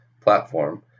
platform